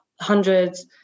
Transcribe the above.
hundreds